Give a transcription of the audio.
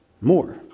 more